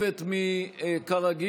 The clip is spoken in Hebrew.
מרצ,